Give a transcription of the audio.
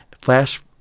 Flash